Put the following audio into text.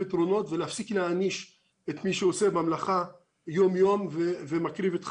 פי 25 מאלה שלא מחוסנים במחלה קשה ופי 20 בתמותה.